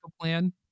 plan